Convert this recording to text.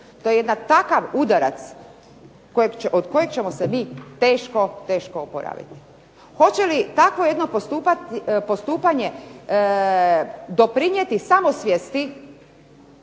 To je jedan takav udarac od kojeg ćemo se mi teško, teško oporaviti. Hoće li takvo jedno postupanje doprinijeti samosvijesti